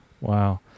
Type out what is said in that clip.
Wow